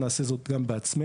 נעשה זאת גם בעצמנו.